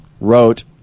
wrote